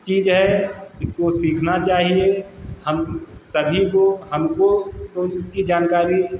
चीज़ है इसको सीखना चाहिए हम सभी को हमको तो उसकी जानकारी